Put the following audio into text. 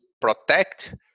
protect